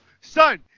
son